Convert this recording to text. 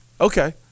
okay